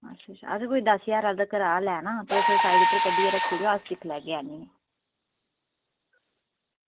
असें कोई दस्स ज्हार तगर आह्ला लैना तुस साईड पर कड्ढियै रक्खी लैयो अस लेई लैगे आह्नियै